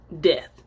death